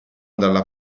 dalla